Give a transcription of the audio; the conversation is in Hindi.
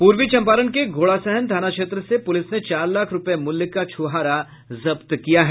पूर्वी चम्पारण के घोड़ासहन थाना क्षेत्र से पूलिस ने चार लाख रूपये मूल्य का छुहारा जब्त किया है